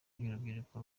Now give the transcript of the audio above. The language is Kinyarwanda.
ry’urubyiruko